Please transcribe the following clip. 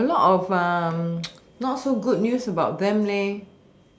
a lot of not so good news about them leh